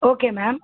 okay ma'am